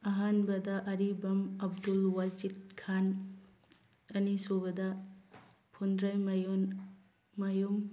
ꯑꯍꯥꯟꯕꯗ ꯑꯔꯤꯕꯝ ꯑꯕꯗꯨꯜ ꯋꯥꯖꯤꯠ ꯈꯥꯟ ꯑꯅꯤꯁꯨꯕꯗ ꯐꯨꯟꯗ꯭ꯔꯩꯃꯌꯨꯟ ꯃꯌꯨꯝ